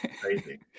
Crazy